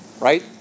Right